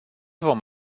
vom